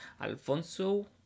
Alfonso